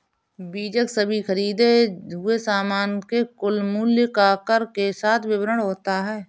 बीजक सभी खरीदें हुए सामान के कुल मूल्य का कर के साथ विवरण होता है